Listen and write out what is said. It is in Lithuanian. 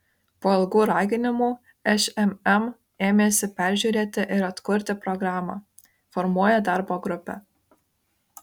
po ilgų raginimų šmm ėmėsi peržiūrėti ir atkurti programą formuoja darbo grupę